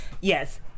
Yes